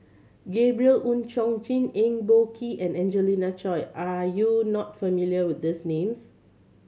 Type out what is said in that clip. Gabriel Oon Chong Jin Eng Boh Kee and Angelina Choy are you not familiar with these names